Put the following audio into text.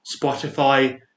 Spotify